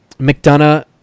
McDonough